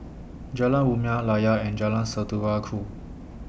Jalan Rumia Layar and Jalan Saudara Ku